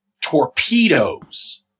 torpedoes